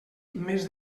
més